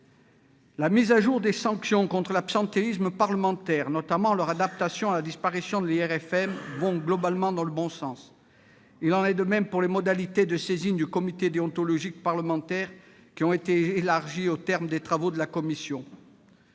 La mise à jour des sanctions contre l'absentéisme parlementaire, notamment leur adaptation à la disparition de l'IRFM, va globalement dans le bon sens. Il en est de même des modalités de saisine du comité déontologique parlementaire, qui ont été élargies au terme des travaux de la commission.